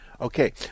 Okay